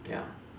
ya